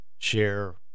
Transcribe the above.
Share